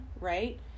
right